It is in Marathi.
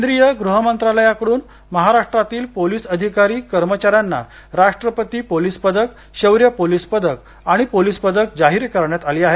केंद्रीय गृहमंत्रालयाकडून महाराष्ट्रातील पोलीस अधिकारी कर्मचाऱ्यांना राष्ट्रपती पोलीस पदक शौर्य पोलीस पदक आणि पोलीस पदक जाहीर करण्यात आली आहेत